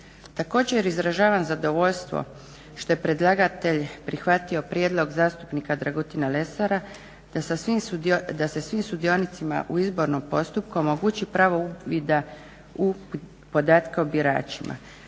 Također izražavam zadovoljstvo što je predlagatelj prihvatio prijedlog zastupnika Dragutina Lesara da se svim sudionicima u izbornom postupku omogući pravo uvida u podatke o biračima.